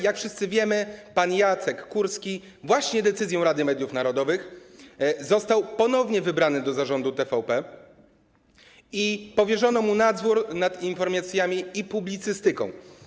Jak wszyscy wiemy, pan Jacek Kurski właśnie decyzją Rady Mediów Narodowych został ponownie wybrany do zarządu TVP i powierzono mu nadzór nad informacjami i publicystyką.